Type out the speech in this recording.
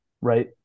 right